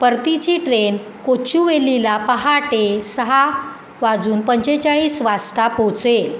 परतीची train कोचुवेलीला पहाटे सहा वाजून पंचेचाळीस वाजता पोहोचेल